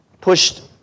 pushed